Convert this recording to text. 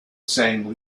sang